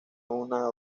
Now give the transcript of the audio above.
una